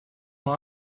law